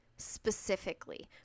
Specifically